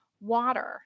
water